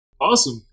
Awesome